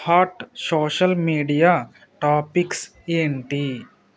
hot social media topics ఏంటి